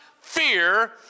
fear